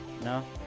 No